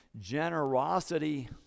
generosity